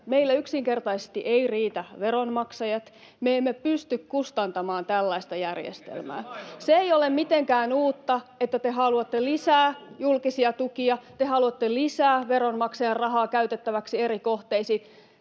Meillä yksinkertaisesti eivät riitä veronmaksajat, me emme pysty kustantamaan tällaista järjestelmää. Se ei ole mitenkään uutta, että te haluatte lisää julkisia tukia, te haluatte lisää veronmaksajan rahaa käytettäväksi eri kohteisiin.